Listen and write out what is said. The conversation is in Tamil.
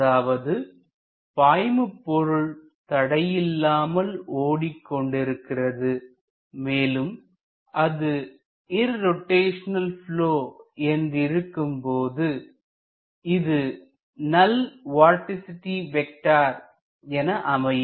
அதாவது பாய்மபொருள் தடையில்லாமல் ஓடிக்கொண்டிருக்கிறது மேலும் அது இர்ரோட்டைஷனல் ப்லொ என்று இருக்கும்போது இது நல் வர்டீசிட்டி வெக்டர் என அமையும்